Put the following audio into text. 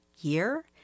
year